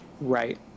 right